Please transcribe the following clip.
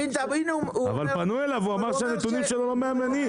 אבל פנו אליו הוא אמר שהנתונים שלו מהימנים,